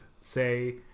Say